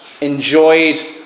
enjoyed